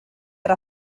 era